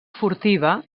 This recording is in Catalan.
furtiva